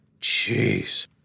Jeez